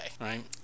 right